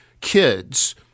kids